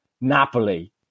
Napoli